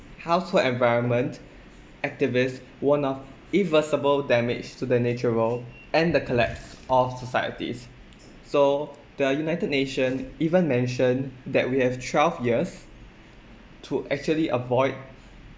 household environment activists warn of irreversible damage to the natural and the collapse of societies so the united nation even mentioned that we have twelve years to actually avoid